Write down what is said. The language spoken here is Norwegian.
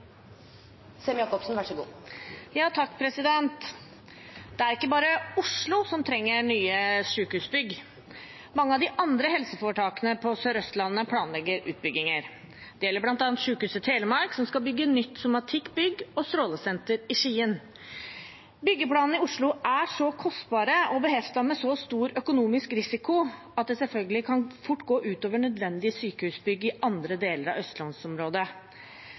nye sykehusbygg. Mange av de andre helseforetakene på Sør-Østlandet planlegger utbygginger. Det gjelder bl.a. Sykehuset Telemark, som skal bygge nytt somatikkbygg og strålesenter i Skien. Byggeplanene i Oslo er så kostbare og beheftet med så stor økonomisk risiko at det selvfølgelig fort kan gå ut over nødvendige sykehusbygg i andre deler av